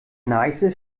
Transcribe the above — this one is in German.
neiße